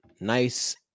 nice